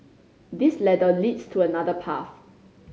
this ladder leads to another path